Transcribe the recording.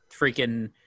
freaking